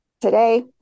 today